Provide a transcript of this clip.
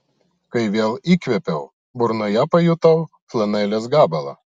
kai vėl įkvėpiau burnoje pajutau flanelės gabalą